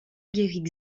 guérit